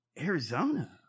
Arizona